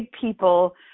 people